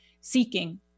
seeking